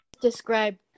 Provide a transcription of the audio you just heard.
Describe